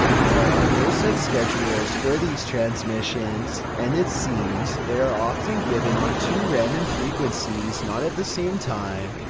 there are no set schedules for these transmissions, and it seems, they are often given on two random frequencies not at the same time.